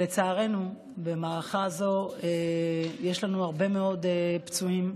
לצערנו, במערכה זאת יש לנו הרבה מאוד פצועים,